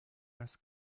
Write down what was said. als